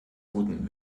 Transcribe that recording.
guten